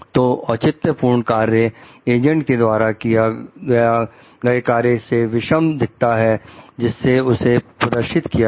तो औचित्य पूर्ण कार्य एजेंट के द्वारा किए गए कार्य से विषम दिखता है जिसने उसे प्रदर्शित किया है